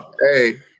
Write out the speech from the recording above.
Hey